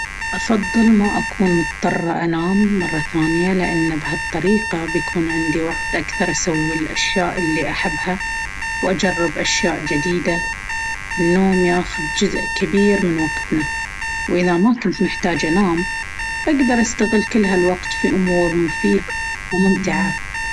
أفضل ما أكون مضطرة أنام مرة ثانية. لأن بهالطريقة، بيكون عندي وقت أكثر أسوي الأشياء اللي أحبها وأجرب أشياء جديدة. النوم ياخذ جزء كبير من وقتنا، وإذا ما كنت محتاج أنام، بقدر أستغل كل هالوقت في أمور مفيدة وممتعة.